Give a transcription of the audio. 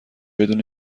بدون